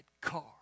car